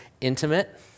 intimate